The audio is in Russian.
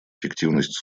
эффективность